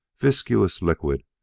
viscous liquid,